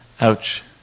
Ouch